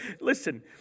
Listen